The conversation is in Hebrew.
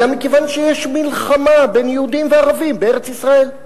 אלא מכיוון שיש מלחמה בין יהודים לערבים בארץ-ישראל.